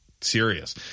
serious